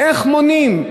איך מונעים?